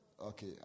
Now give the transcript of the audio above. Okay